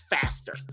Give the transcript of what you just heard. faster